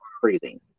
freezing